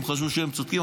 הם חשבו שהם צודקים,